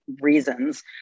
reasons